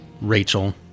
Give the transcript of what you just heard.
Rachel